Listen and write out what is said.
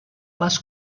les